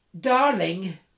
Darling